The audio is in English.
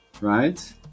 right